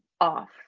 off